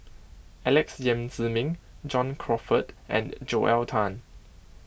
Alex Yam Ziming John Crawfurd and Joel Tan